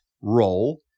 roll